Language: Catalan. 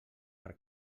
per